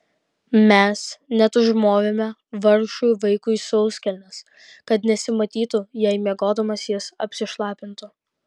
mes net užmovėme vargšui vaikui sauskelnes kad nesimatytų jei miegodamas jis apsišlapintų